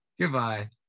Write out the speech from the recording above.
Goodbye